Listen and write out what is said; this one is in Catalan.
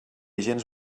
gens